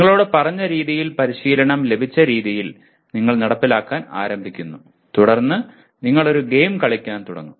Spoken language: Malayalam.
നിങ്ങളോട് പറഞ്ഞ രീതിയിൽ പരിശീലനം ലഭിച്ച രീതിയിൽ നിങ്ങൾ നടപ്പിലാക്കാൻ ആരംഭിക്കുന്നു തുടർന്ന് നിങ്ങൾ ഒരു ഗെയിം കളിക്കാൻ തുടങ്ങും